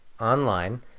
online